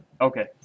Okay